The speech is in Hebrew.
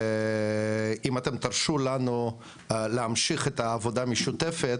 ואם אתם תרשו לנו להמשיך את העבודה המשותפת,